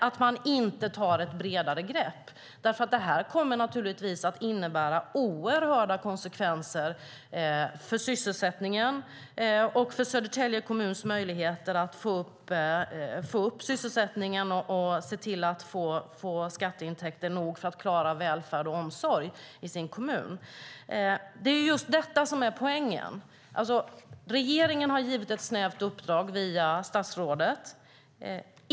Detta kommer nämligen, naturligtvis, att innebära oerhörda konsekvenser för sysselsättningen och för Södertälje kommuns möjligheter att få upp sysselsättningen och se till att få skatteintäkter nog för att klara välfärd och omsorg i sin kommun. Det är just detta som är poängen. Regeringen har givit ett snävt uppdrag via statsrådet.